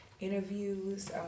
interviews